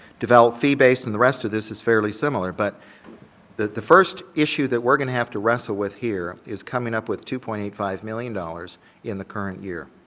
develop fee-based and the rest of this is fairly similar, but the first issue that we're going to have to wrestle with here is coming up with two point eight five million dollars in the current year.